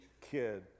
kid